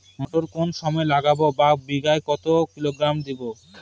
মটর কোন সময় লাগাবো বা কতো কিলোগ্রাম বিঘা দেবো?